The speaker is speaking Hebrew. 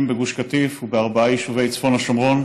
בגוש קטיף ובארבעה יישובי צפון השומרון,